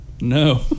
No